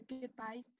goodbye